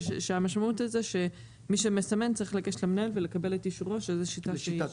ושהמשמעות היא שמי שמסמן צריך לגשת למנהל ולקבל את אישורו שזו שיטה.